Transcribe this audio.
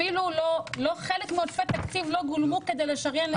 אפילו חלק מעודפי תקציב לא גולמו כדי לשריין.